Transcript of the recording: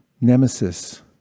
nemesis